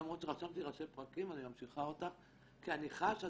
למרות שרשמתי ראשי פרקים אני ממשיכה אותך כי אני חשה,